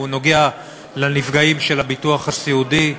הוא נוגע לנפגעים של הביטוח הסיעודי.